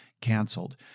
canceled